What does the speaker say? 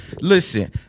Listen